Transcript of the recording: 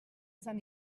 sant